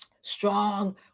strong